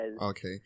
Okay